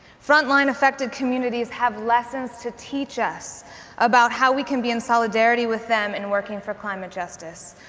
front line affected communities have lessons to teach us about how we can be in solidarity with them in working for climate justice.